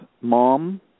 Mom